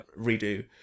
redo